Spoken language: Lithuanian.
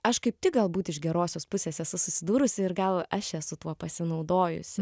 aš kaip tik galbūt iš gerosios pusės esu susidūrusi ir gal aš esu tuo pasinaudojusi